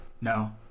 No